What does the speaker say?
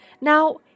Now